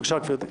בבקשה, גברתי.